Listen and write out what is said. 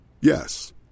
Yes